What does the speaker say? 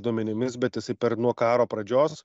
duomenimis bet jisai per nuo karo pradžios